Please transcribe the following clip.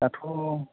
दाथ'